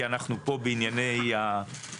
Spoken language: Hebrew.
כי אנחנו פה בענייני הבינוי.